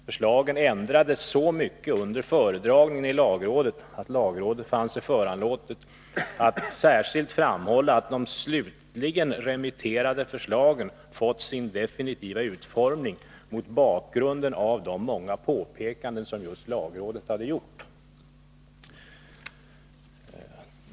Förslagen ändrades så mycket under föredragningen i lagrådet att lagrådet fann sig föranlåtet att särskilt framhålla att de slutligen remitterade förslagen fått sin definitiva utformning mot bakgrund av de många påpekanden som just lagrådet hade gjort.